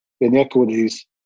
inequities